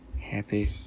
Happy